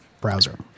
browser